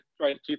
right